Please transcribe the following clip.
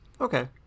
Okay